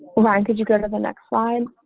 why did you go to the next slide.